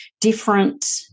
different